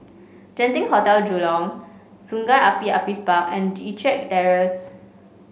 Genting Hotel Jurong Sungei Api Api Park and EttricK Terrace